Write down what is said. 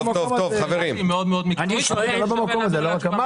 זה לא מהמקום הזה.